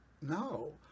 No